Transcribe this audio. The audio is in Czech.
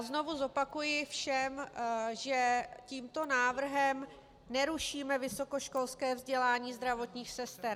Znovu zopakuji všem, že tímto návrhem nerušíme vysokoškolské vzdělání zdravotních sester.